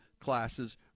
classes